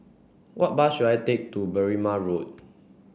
what bus should I take to Berrima Road